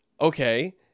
okay